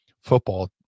football